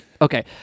Okay